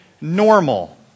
normal